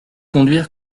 conduire